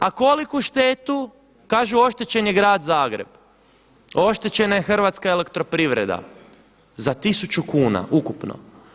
A koliku štetu, kažu oštećen je grad Zagreb, oštećena je Hrvatska elektroprivreda za tisuću kuna ukupno.